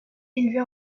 élevée